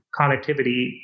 connectivity